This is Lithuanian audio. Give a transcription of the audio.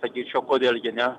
sakyčiau kodėl gi ne